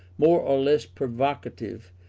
more or less provocative,